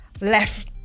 left